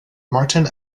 martin